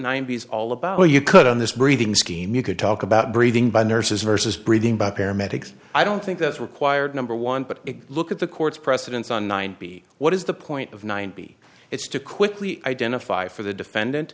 is all about where you could on this breathing scheme you could talk about breathing by nurses versus breathing by paramedics i don't think that's required number one but look at the court's precedents on nine b what is the point of ninety it's to quickly identify for the defendant